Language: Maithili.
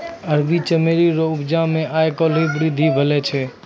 अरबी चमेली रो उपजा मे आय काल्हि वृद्धि भेलो छै